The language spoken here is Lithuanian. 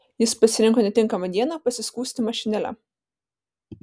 jis pasirinko netinkamą dieną pasiskųsti mašinėle